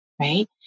right